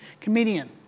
comedian